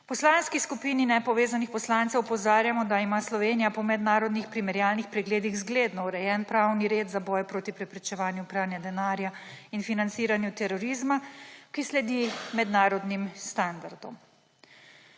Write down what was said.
Poslanski skupini nepovezanih poslancev opozarjamo, da ima Slovenija po mednarodnih primerjalnih pregledih zgledno urejen pravni red za boj proti preprečevanju pranja denarja in financiranju terorizma, ki sledi mednarodnim standardom.